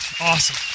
Awesome